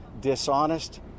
dishonest